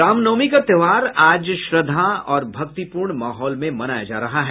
रामनवमी का त्योहार आज श्रद्धा और भक्तिपूर्ण माहौल में मनाया जा रहा है